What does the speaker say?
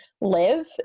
live